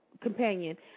companion